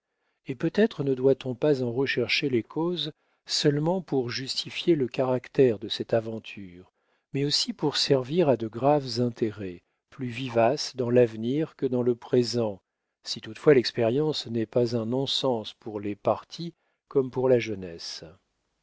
et peut-être ne doit-on pas en rechercher les causes seulement pour justifier le caractère de cette aventure mais aussi pour servir à de graves intérêts plus vivaces dans l'avenir que dans le présent si toutefois l'expérience n'est pas un non-sens pour les partis comme pour la jeunesse